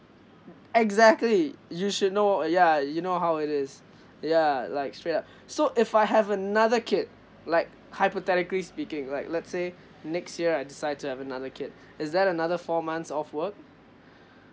uh exactly you should know uh ya you know how it is ya like straight up so if I have another kid like hypothetically speaking like let's say next year I decide to have another kid is there another four months off work